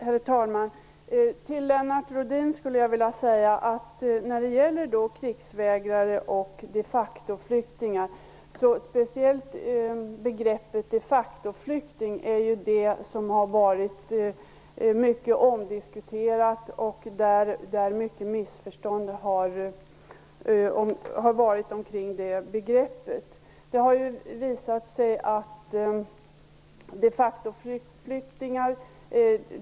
Herr talman! Till Lennart Rohdin vill jag säga något om begreppen krigsvägrare och de factoflyktingar. Speciellt det senare begreppet har diskuterats mycket. Många missförstånd har förekommit just när det gäller begreppet de facto-flyktingar.